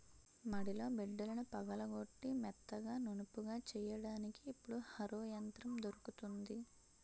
మడిలో బిడ్డలను పగలగొట్టి మెత్తగా నునుపుగా చెయ్యడానికి ఇప్పుడు హరో యంత్రం దొరుకుతుంది